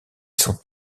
sont